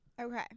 okay